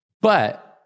But-